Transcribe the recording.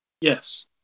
Yes